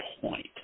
point